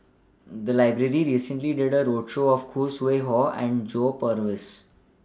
The Library recently did A roadshow on Khoo Sui Hoe and John Purvis